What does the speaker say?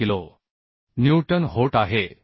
72 kilo newton होट आहे